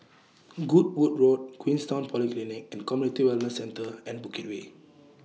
Goodwood Road Queenstown Polyclinic and Community Wellness Centre and Bukit Way